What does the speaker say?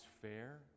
fair